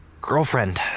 girlfriend